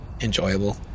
enjoyable